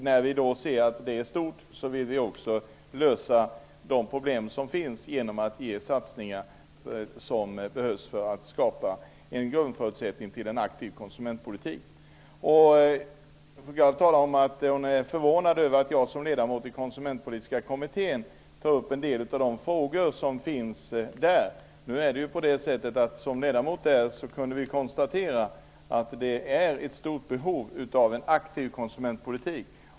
När vi ser att det är stort vill vi också lösa de problem som finns genom att göra satsningar som behövs för att skapa en grundförutsättning för en aktiv konsumentpolitik. Fru Gard talar om att hon är förvånad över att jag som ledamot i Konsumentpolitiska kommittén tar upp en del av de frågor som förekommer där. Som ledamot kunde man konstatera att det finns ett stort behov av en aktiv konsumentpolitik.